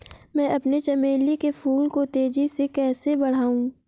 मैं अपने चमेली के फूल को तेजी से कैसे बढाऊं?